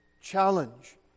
challenge